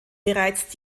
bereits